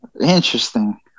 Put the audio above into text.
Interesting